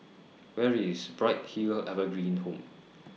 Where IS Bright Hill Evergreen Home